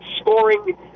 scoring